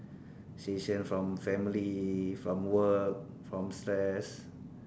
relaxation from family from work from stress